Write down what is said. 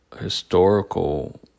historical